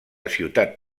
ciutat